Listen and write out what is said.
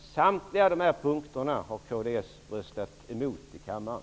Samtliga dessa punkter har kds röstat emot i kammaren.